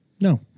No